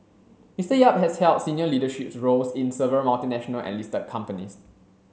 Mister Yap has held senior leadership roles in several multinational and listed companies